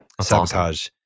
Sabotage